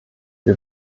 wir